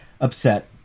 upset